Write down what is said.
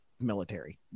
military